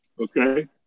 Okay